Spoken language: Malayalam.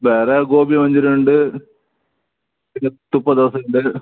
വേറെ ഗോപി മഞ്ചൂരിയനുണ്ട് പിന്നെ തുപ്പ ദോശയുണ്ട്